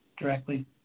directly